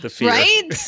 Right